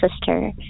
sister